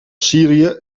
syrië